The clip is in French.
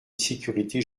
sécurité